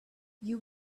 you